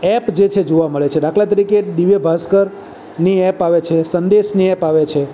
app જે છે એ જોવા મળે છે દાખલા તરીકે દિવ્યભાસ્કરની એપ આવે છે સંદેશની એપ આવે છે